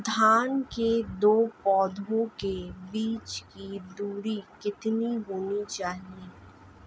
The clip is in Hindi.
धान के दो पौधों के बीच की दूरी कितनी होनी चाहिए?